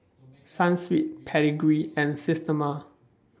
Sunsweet Pedigree and Systema